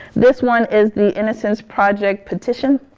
this one is the innocence project petition.